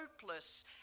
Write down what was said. hopeless